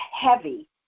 heavy